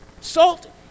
Salt